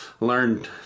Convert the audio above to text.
learned